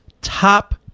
top